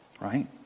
right